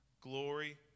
glory